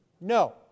No